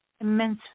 immense